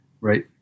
right